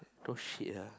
talk shit lah